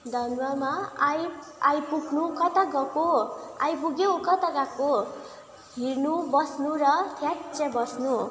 आइ आइपुग्नु कता गएको आइपुग्यो कता गएको हेर्नु बस्नु र थ्याच्च बस्नु